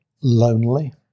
lonely